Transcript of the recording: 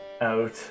out